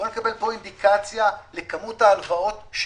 בואו נקבל אינדיקציה לכמות ההלוואות שנדחו.